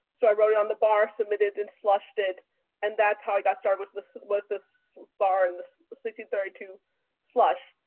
so i wrote it on the bar submitted and flushed it and that's how i got started with this was this far in this city thirty two slush.